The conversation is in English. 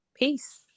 Peace